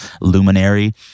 luminary